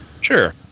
sure